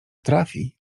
trafi